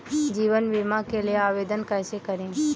जीवन बीमा के लिए आवेदन कैसे करें?